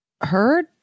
heard